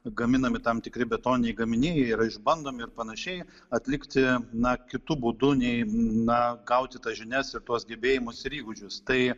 gaminami tam tikri betoniniai gaminiai jie yra išbandomi ir panašiai atlikti na kitu būdu nei na gauti tas žinias ir tuos gebėjimus ir įgūdžius tai